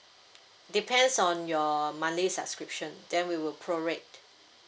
depends on your monthly subscription then we will prorate